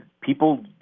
People